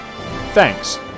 Thanks